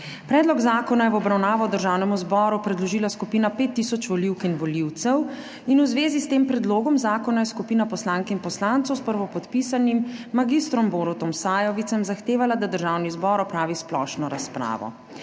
Predlog zakona je v obravnavo Državnemu zboru predložila skupina 5 tisoč volivk in volivcev. V zvezi s tem predlogom zakona je skupina poslank in poslancev s prvopodpisanim mag. Borutom Sajovicem zahtevala, da Državni zbor opravi splošno razpravo.